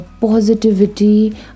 positivity